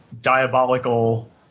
diabolical